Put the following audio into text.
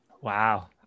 Wow